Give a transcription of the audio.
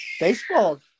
Baseball